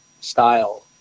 style